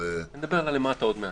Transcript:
אני אדבר על למטה עוד מעט.